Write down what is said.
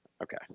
Okay